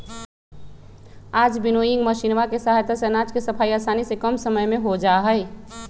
आज विन्नोइंग मशीनवा के सहायता से अनाज के सफाई आसानी से कम समय में हो जाहई